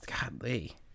godly